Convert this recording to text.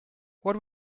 what